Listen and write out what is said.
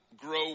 grow